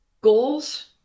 goals